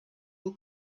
will